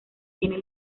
tiene